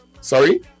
sorry